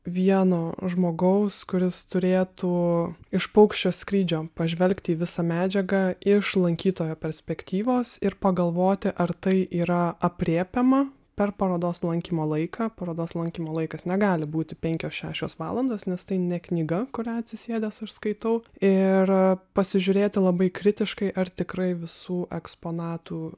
vieno žmogaus kuris turėtų iš paukščio skrydžio pažvelgti į visa medžiaga iš lankytojo perspektyvos ir pagalvoti ar tai yra aprėpiama per parodos lankymo laiką parodos lankymo laikas negali būti penkios šešios valandos nes tai ne knyga kurią atsisėdęs aš skaitau ir pasižiūrėti labai kritiškai ar tikrai visų eksponatų